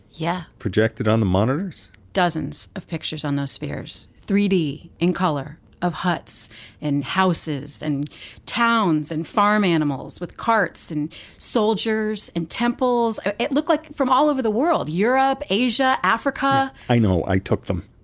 yeah. projected on the monitors monitors dozens of pictures on those spheres. three d in color of huts and houses and towns and farm animals with carts and soldiers and temples. ah it looks like from all over the world, europe, asia, africa. i know i took them.